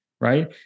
Right